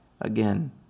again